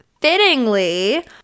fittingly